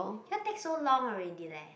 what take so long already leh